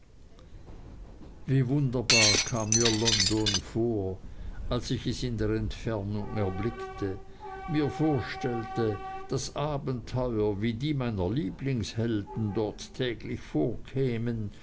wie wunderbar kam mir london vor als ich es in der entfernung erblickte mir vorstellte daß abenteuer wie die meiner lieblingshelden dort täglich vorkämen